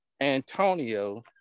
Antonio